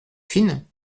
fine